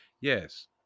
Yes